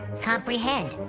Comprehend